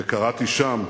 וקראתי שם,